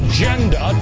Agenda